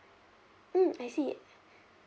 mm I see